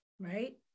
right